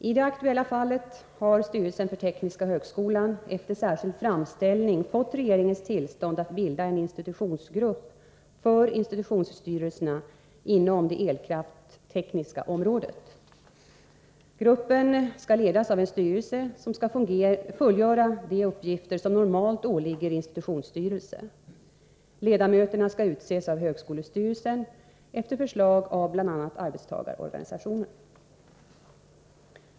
I det aktuella fallet har styrelsen för tekniska högskolan, efter särskild framställning, fått regeringens tillstånd att bilda en institutionsgrupp för institutionsstyrelserna inom det elkraftstekniska området. Gruppen skall ledas av en styrelse som skall fullgöra de uppgifter som normalt åligger institutionsstyrelse. Ledamöterna skall utses av högskolestyrelsen efter förslag av bl.a. arbetstagarorganisationer.